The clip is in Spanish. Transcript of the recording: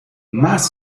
más